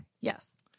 Yes